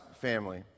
family